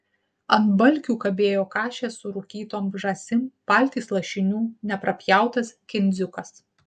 ant balkių kabėjo kašės su rūkytom žąsim paltys lašinių neprapjautas kindziukas